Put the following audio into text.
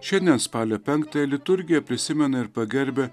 šiandien spalio penktąją liturgija prisimena ir pagerbia